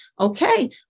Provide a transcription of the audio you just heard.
okay